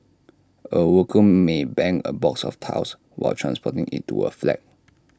A worker may bang A box of tiles while transporting IT to A flat